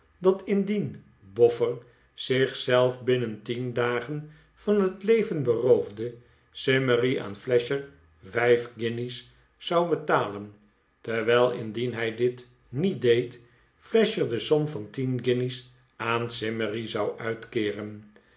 dat indien boffer zich zelf binnen tien dagen van het leven beroofde simmery aan flasher vijf guinjes zou betalen terwijl indien hij dit niet deed flasher de som van tien guinjes aan simmery zou uitkeeren